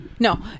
No